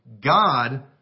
God